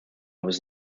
was